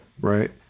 right